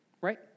right